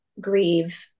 grieve